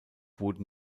wurden